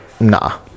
nah